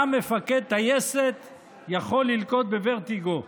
גם מפקד טייסת יכול ללקות בוורטיגו.